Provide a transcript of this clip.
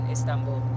Istanbul